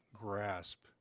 grasp